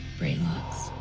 brain locks.